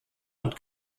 und